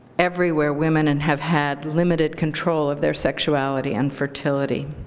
everywhere women and have had limited control of their sexuality and fertility.